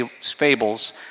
fables